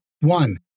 One